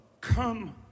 come